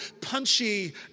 punchy